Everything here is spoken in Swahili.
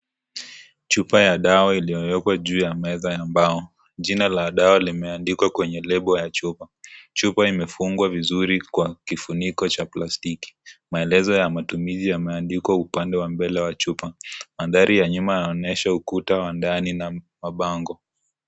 Chupa ya dawa iliyowekwa juu ya meza ya mbao jina la dawa limeandikwa kwenye lebo ya chupa, chupa imefungwa vizuri Kwa kifuniko cha plastiki maelezo ya matumizi yameandikwa mbele wa chupa, manthari ya nyuma yanaonyesha ukuta wa ndani na mapango.